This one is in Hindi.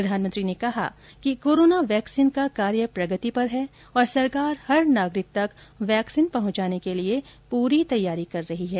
प्रधानमंत्री ने कहा कि कोरोना वैक्सीन का कार्य प्रगति पर है और सरकार हर नागरिक तक वैक्सीन पहुंचाने के लिए पूरी तैयारी कर रही है